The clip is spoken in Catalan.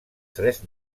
tres